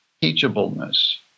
teachableness